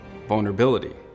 Vulnerability